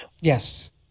Yes